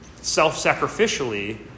self-sacrificially